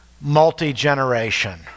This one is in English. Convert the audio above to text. multi-generation